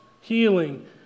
healing